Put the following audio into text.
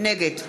נגד